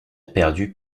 perdu